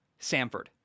Samford